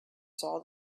saw